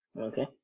Okay